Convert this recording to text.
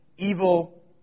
evil